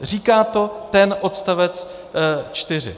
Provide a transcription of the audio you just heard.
Říká to ten odstavec čtyři.